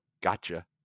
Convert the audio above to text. gotcha